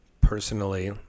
personally